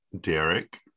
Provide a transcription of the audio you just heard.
Derek